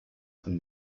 von